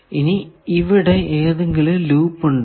ഇനി ഇവിടെ ഏതെങ്കിലും ലൂപ്പ് ഉണ്ടോ